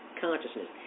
consciousness